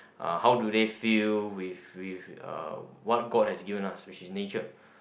uh how do they feel with with uh what god has given us which is nature